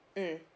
mm